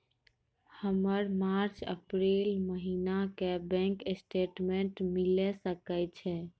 हमर March April महीना के बैंक स्टेटमेंट मिले सकय छै?